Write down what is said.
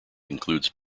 includes